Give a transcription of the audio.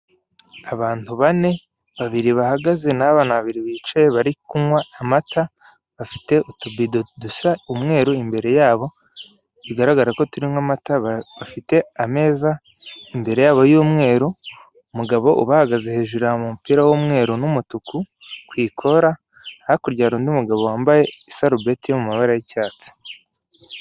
Abantu bane, babiri bahagaze n'abana babiri bicaye bari kunywa amata. Bafite utubido dusa umweru imbere yabo bigaragara ko turimo amata, bafite ameza imbere yabo y'umweru. Umugabo ubahagaze imbere yambaye umupira w'umweru n'umutuku kw'ikora, hakurya hari undi mugabo wambaye isarubeti y'icyatsi.